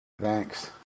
Thanks